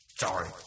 Sorry